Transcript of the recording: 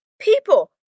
people